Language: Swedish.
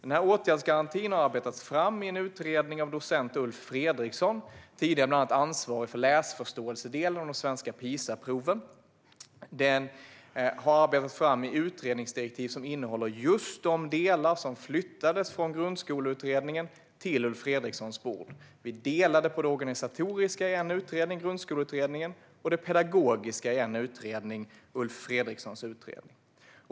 Denna åtgärdsgaranti har arbetats fram i en utredning av docent Ulf Fredriksson, tidigare ansvarig för bland annat läsförståelsedelen i de svenska PISA-proven. Utredningsdirektiven innehåller just de delar som flyttades från Grundskoleutredningen till Ulf Fredrikssons bord. Vi delade på det organisatoriska i en utredning, Grundskoleutredningen, och det pedagogiska i en utredning, Ulf Fredrikssons utredning.